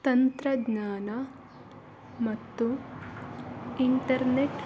ತಂತ್ರಜ್ಞಾನ ಮತ್ತು ಇಂಟರ್ನೆಟ್